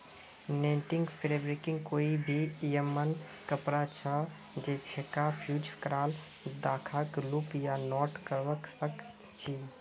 netting fabric कोई भी यममन कपड़ा छ जैइछा फ़्यूज़ क्राल धागाक लूप या नॉट करव सक छी